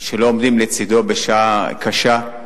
שלא עומדים לצדו בשעה קשה.